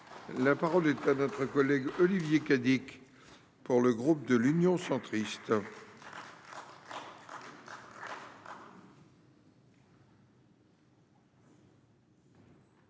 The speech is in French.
La parole est à notre collègue Olivier Cadic. Pour le groupe de l'Union centriste.